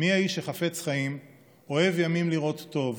"מי האיש החפץ חיים אֹהֵב ימים לראות טוב.